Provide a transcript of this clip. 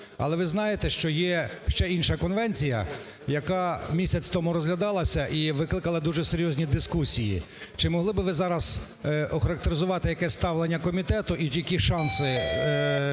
Але ви знаєте, що є ще інша конвенція, яка місяць тому розглядалася і викликала дуже серйозні дискусії. Чи могли би ви зараз охарактеризувати, яке ставлення комітету і які шанси